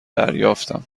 دریافتم